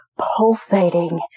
pulsating